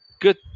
good